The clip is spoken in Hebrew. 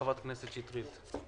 בבקשה, חברת הכנסת שטרית.